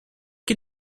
que